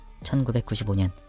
1995년